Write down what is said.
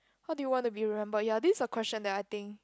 how do you want to be remembered ya this is a question that I think